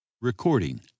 Recording